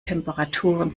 temperaturen